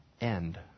end